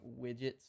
widgets